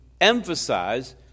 emphasize